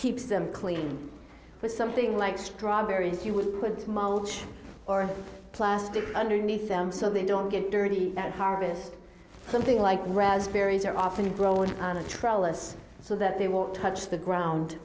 keeps them clean or something like strawberries you would put mulch or plastic underneath them so they don't get dirty that harvest something like raspberries are often grown on a troll us so that they won't touch the ground